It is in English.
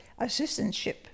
assistantship